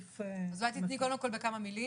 אז אולי תיתני קודם כל בכמה מילים.